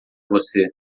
você